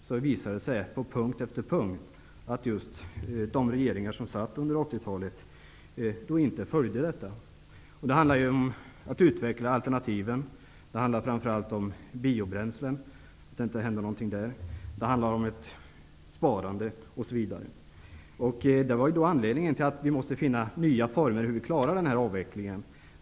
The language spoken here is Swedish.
Om man punkt för punkt går igenom dem, visar det sig att de regeringar som satt under 80-talet inte uppfyllde dem. De handlade om att utveckla alternativen. Det gäller framför allt i fråga om biobränslen, att inte någonting har hänt. Det handlar om sparande, osv. Det var anledningen till att vi måste finna nya former för att klara avvecklingen.